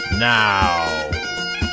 Now